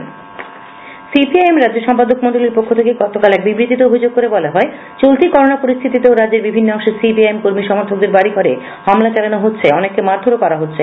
CPM C P I M রাজ্য সম্পাদক মন্ডলির পক্ষ থেকে গতকাল এক বিবৃতিতে অভিযোগ করে বলা হয় করোনা পরিস্থিতিতেও রাজ্যের বিভিন্ন চলতি অংশে সিপিআই এম কর্মী সমর্থকদের বাড়ি ঘরে হামলা চালানো হয় অনেককে মারধোর করা হয়